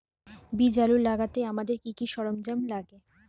বীজ আলু লাগাতে আমাদের কি কি সরঞ্জাম লাগে?